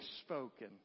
spoken